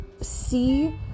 see